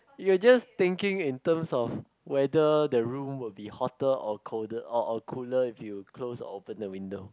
you are just thinking in terms of whether the room will be hotter or colder or or cooler if you close or open the window